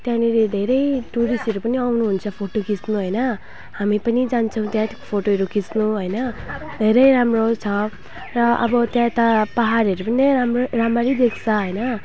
त्यहाँनेरि धेरै टुरिस्टहरू पनि आउनुहुन्छ फोटो खिच्नु हैन हामी पनि जान्छौँ त्यहाँ फोटोहरू खिच्नु हैन धेरै राम्रो छ र अब त्यहाँ त पाहाडहरू पनि राम्र राम्ररी देख्छ हैन